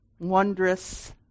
wondrous